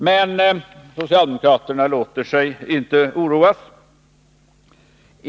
Men socialdemokraterna låter sig inte oroas.